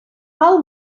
how